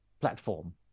platform